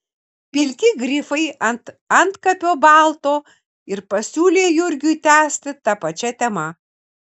pilki grifai ant antkapio balto ir pasiūlė jurgiui tęsti ta pačia tema